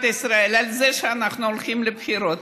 ישראל על זה שאנחנו הולכים לבחירות.